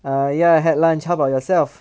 err ya had lunch how about yourself